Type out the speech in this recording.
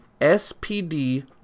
spd